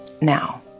Now